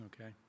Okay